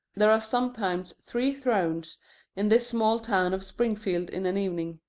there are sometimes three thrones in this small town of springfield in an evening.